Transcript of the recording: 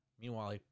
Meanwhile